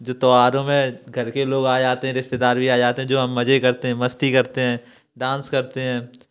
जो त्योहारों में घर के लोग आ जाते हैं रिश्तेदार भी आ जाते हैं जो हम मजे करते हैं मस्ती करते हैं डांस करते हैं